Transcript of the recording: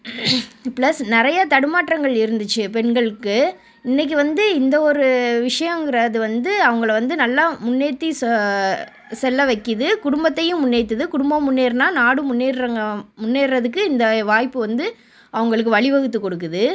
plus நிறைய தடுமாற்றங்கள் இருந்துச்சு பெண்களுக்கு இன்னைக்கு வந்து இந்த ஒரு விஷயங்கறது வந்து அவங்கள வந்து நல்லா முன்னேற்றி செல்ல வைக்குது குடும்பத்தையும் முன்னேற்றுது குடும்பம் முன்னேறினா நாடும் முன்னேறும்ங்க முன்னேறுறதுக்கு இந்த வாய்ப்பு வந்து அவங்களுக்கு வழிவகுத்துக் கொடுக்குது